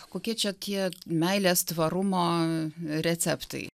kokie čia tie meilės tvarumo receptai